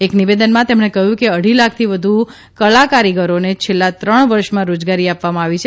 એક નિવેદનમાં તેમણે કહ્યું કે અઢી લાખથી વધ્ કલાકારીગરોને છેલ્લાં ત્રણ વર્ષમાં રોજગારી આપવામાં આવી છે